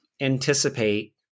anticipate